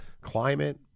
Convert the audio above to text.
climate